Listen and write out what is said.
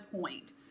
point